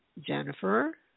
Jennifer